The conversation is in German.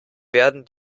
werden